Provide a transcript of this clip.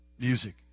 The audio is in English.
music